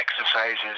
exercises